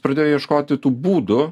pradėjo ieškoti tų būdų